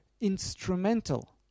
instrumental